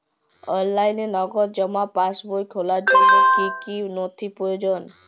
অনলাইনে নগদ জমা পাসবই খোলার জন্য কী কী নথি প্রয়োজন?